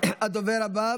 הדובר הבא,